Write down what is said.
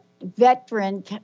veteran